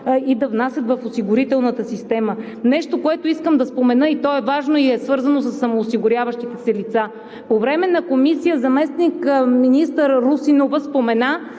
и да внасят в осигурителната система. Искам да спомена нещо важно и свързано със самоосигуряващите се лица. По време на Комисията заместник-министър Русинова спомена,